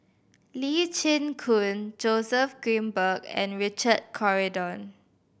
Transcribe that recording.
Lee Chin Koon Joseph Grimberg and Richard Corridon